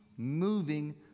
moving